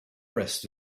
rest